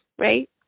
Right